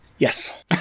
Yes